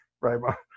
right